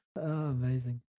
Amazing